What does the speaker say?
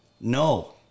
No